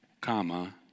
comma